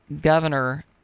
Governor